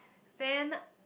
then